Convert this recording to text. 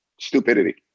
stupidity